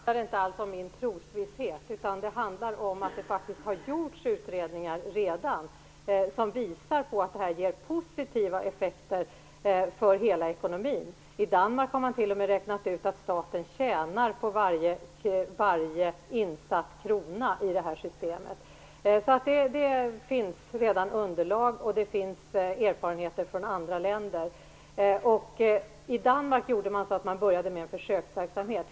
Fru talman! Nu handlar det inte alls om min trosvisshet, utan om att det redan har gjorts utredningar, som visar att det här ger positiva effekter för hela ekonomin. I Danmark har man t.o.m. räknat ut att staten tjänar på varje insatt krona i systemet. Det finns alltså redan underlag, och det finns erfarenheter från andra länder. I Danmark började man med en försöksverksamhet.